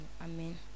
Amen